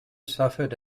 suffered